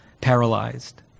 paralyzed